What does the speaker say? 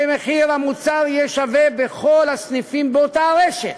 הוא יהיה שווה בכל הסניפים באותה הרשת.